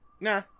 Nah